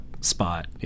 spot